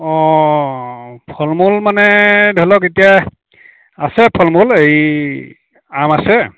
অঁ ফলমূল মানে ধৰি লওক এতিয়া আছে ফলমূল এই আম আছে